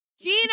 Gina